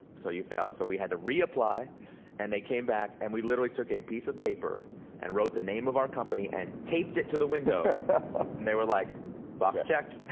so you fail. so we had to reapply and they came back and we literally took a piece of paper and wrote the name of our company and taped it to the window and they were like box checked.